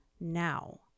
now